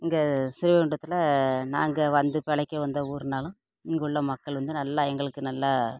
இங்கே ஸ்ரீவைகுண்டத்தில் நாங்கள் வந்து பிழைக்க வந்த ஊர்னாலும் இங்கே உள்ள மக்கள் வந்து நல்லா எங்களுக்கு நல்லா